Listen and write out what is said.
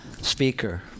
speaker